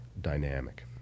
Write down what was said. dynamic